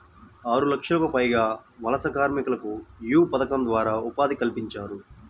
ఆరులక్షలకు పైగా వలస కార్మికులకు యీ పథకం ద్వారా ఉపాధి కల్పించారు